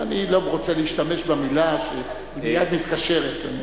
אני לא רוצה להשתמש במלה שמייד מתקשרת.